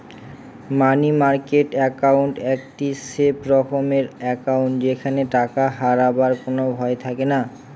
মানি market account একটি safe রকমের account যেখানে টাকা হারাবার কোনো ভয় থাকেনা